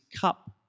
cup